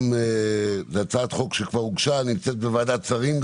גם הצעת שכבר הוגשה נמצאת בוועדת שרים,